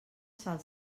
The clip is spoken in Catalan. sal